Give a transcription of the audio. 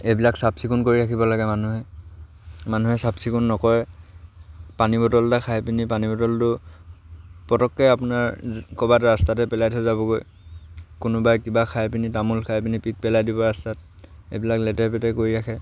এইবিলাক চাফ চিকুণ কৰি ৰাখিব লাগে মানুহে মানুহে চাফ চিকুণ নকৰে পানী বটল এটা খাই পিনি পানী বটলটো পটককৈ আপোনাৰ ক'ৰবাত ৰাস্তাতে পেলাই থৈ যাবগৈ কোনোবাই কিবা খাই পিনি তামোল খাই পিনি পিক পেলাই দিব ৰাস্তাত এইবিলাক লেতেৰা পেতেৰা কৰি ৰাখে